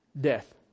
death